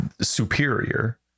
superior